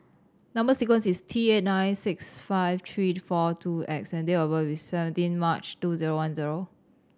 number sequence is T eight nine six five three four two X and date of birth is seventeen March two zero one zero